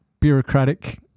bureaucratic